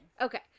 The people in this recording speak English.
Okay